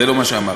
זה לא מה שאמרתי,